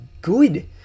good